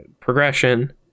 progression